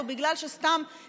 או בגלל שסתם,